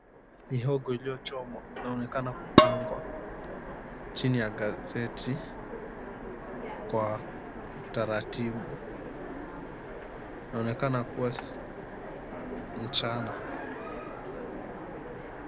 Mihogo iliyochomwa inaonekana kupangwa chini ya gaze𝑡i kwa utaratibu. 𝐼naonekana kuwa mchana.